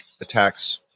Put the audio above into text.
attacks